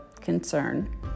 concern